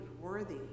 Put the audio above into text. worthy